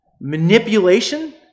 manipulation